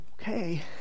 okay